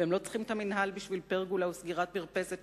והם לא צריכים את המינהל בשביל פרגולה או סגירת מרפסת,